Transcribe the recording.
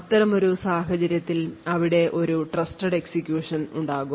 അത്തരമൊരു സാഹചര്യത്തിൽ അവിടെ ഒരു ട്രസ്റ്റഡ് എക്സിക്യൂഷൻ ഉണ്ടാകും